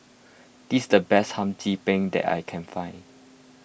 this is the best Hum Chim Peng that I can find